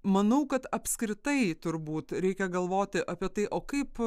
manau kad apskritai turbūt reikia galvoti apie tai o kaip